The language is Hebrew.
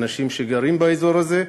אנשים שגרים באזור הזה.